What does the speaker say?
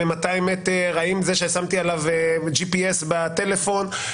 האם זה ששמתי לו GPS בטלפון?